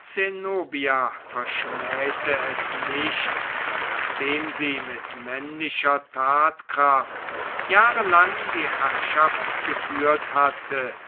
zenobia verschmähte es nicht nachdem sie mit männlicher tatkraft jahrelang die herrschaft geführt hatte